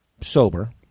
sober